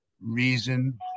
reason